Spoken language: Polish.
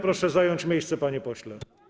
Proszę zająć miejsce, panie pośle.